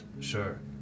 sure